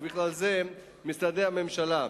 ובכלל זה משרדי הממשלה,